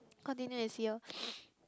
continue and see loh